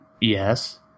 yes